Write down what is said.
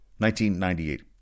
1998